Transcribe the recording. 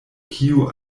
kiu